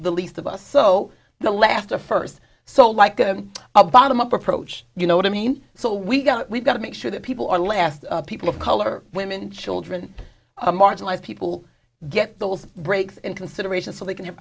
the least of us so the laughter first so like a bottom up approach you know what i mean so we got to we've got to make sure that people are last people of color women and children marginalized people get those breaks in consideration so they can have